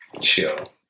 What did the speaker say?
Chill